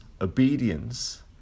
obedience